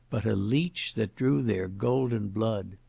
but a leech that drew their golden blood.